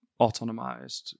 autonomized